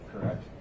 correct